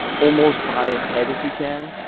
almost buy ahead if you can.